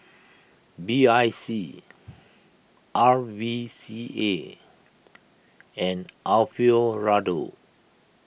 B I C R V C A and Alfio Raldo